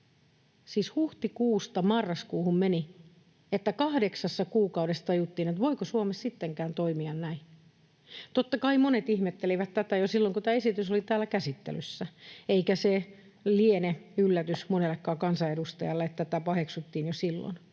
Siis huhtikuusta marraskuuhun meni, kahdeksan kuukautta, että tajuttiin, voiko Suomessa sittenkään toimia näin. Totta kai monet ihmettelivät tätä jo silloin, kun tämä esitys oli täällä käsittelyssä. Eikä se liene yllätys monellekaan kansanedustajalle, että tätä paheksuttiin jo silloin.